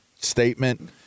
statement